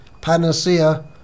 panacea